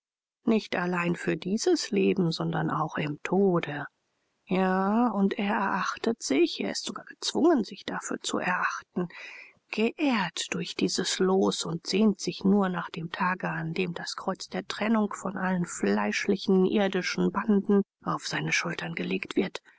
nicht allein für dieses leben sondern auch im tode ja und er erachtet sich er ist sogar gezwungen sich dafür zu erachten geehrt durch dieses los und sehnt sich nur nach dem tage an dem das kreuz der trennung von allen fleischlichen irdischen banden auf seine schultern gelegt wird